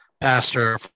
pastor